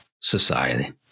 society